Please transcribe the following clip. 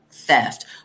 theft